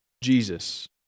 Jesus